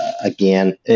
again